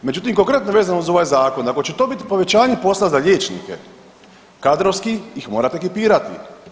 Međutim, konkretno vezano uz ovaj Zakon, ako će to biti povećanje posla za liječnike, kadrovski ih morate ekipirati.